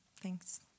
Thanks